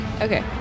Okay